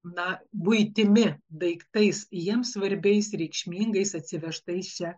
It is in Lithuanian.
na buitimi daiktais jiems svarbiais reikšmingais atsivežtais